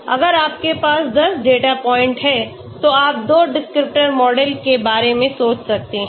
अगर आपके पास 10 डेटा पॉइंट हैं तो आप 2 डिस्क्रिप्टर मॉडल के बारे में सोच सकते हैं